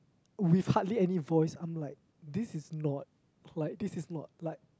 with hardly any voice I'm like this is not like this is not like